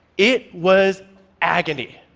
it was agony.